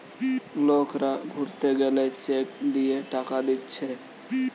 লোকরা ঘুরতে গেলে চেক দিয়ে টাকা দিচ্ছে